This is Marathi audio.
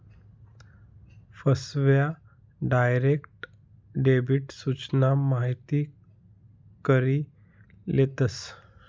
फसव्या, डायरेक्ट डेबिट सूचना माहिती करी लेतस